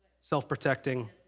self-protecting